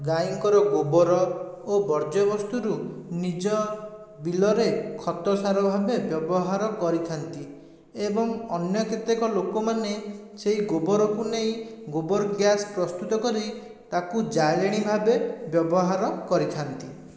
ଗାଈଙ୍କର ଗୋବର ଓ ଵର୍ଜ୍ୟବସ୍ତୁରୁ ନିଜ ବିଲରେ ଖତ ସାର ଭାବେ ବ୍ୟବହାର କରିଥାନ୍ତି ଏବଂ ଅନ୍ୟ କେତେକ ଲୋକମାନେ ସେଇ ଗୋବରକୁ ନେଇ ଗୋବର ଗ୍ୟାସ ପ୍ରସ୍ତୁତ କରି ତାକୁ ଜାଳେଣି ଭାବେ ବ୍ୟବହାର କରିଥାନ୍ତି